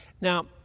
Now